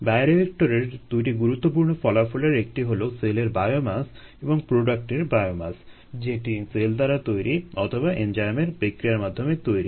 বায়োরিয়েক্টরের দুইটি গুরুত্বপূর্ণ ফলাফলের একটি হলো সেলের বায়োমাস এবং প্রোডাক্টের বায়োমাস যেটি সেল দ্বারা তৈরি অথবা এনজাইম বিক্রিয়ার মাধ্যমে তৈরি